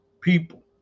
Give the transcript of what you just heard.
people